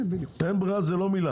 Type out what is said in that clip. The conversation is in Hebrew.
אין בררה זה לא תשובה,